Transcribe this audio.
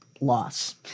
loss